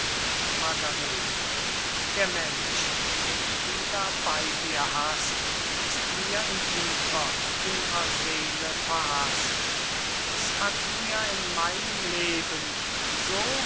margarete der mensch den du da bey dir hast ist mir in tiefer inn'rer seele verhaßt es hat mir in meinem leben so